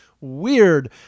Weird